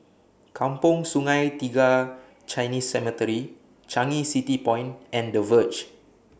Kampong Sungai Tiga Chinese Cemetery Changi City Point and The Verge